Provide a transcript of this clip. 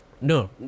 No